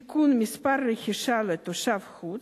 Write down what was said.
(תיקון, מס רכישה לתושב חוץ).